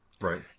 Right